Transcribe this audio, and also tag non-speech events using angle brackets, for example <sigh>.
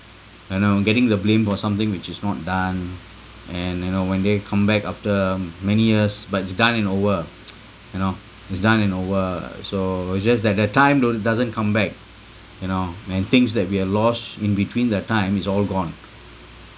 you know getting the blame for something which is not done and you know when they come back after many years but it's done and over <noise> you know it's done and over so it's just that that time don't doesn't come back you know and things that we have lost in between that time is all gone